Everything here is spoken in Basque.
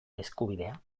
eskubidea